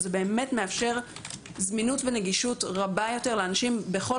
זה באמת מאפשר זמינות ונגישות רבה יותר לאנשים בכל